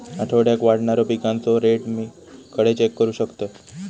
आठवड्याक वाढणारो पिकांचो रेट मी खडे चेक करू शकतय?